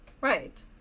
Right